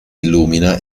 illumina